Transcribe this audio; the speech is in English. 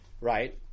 right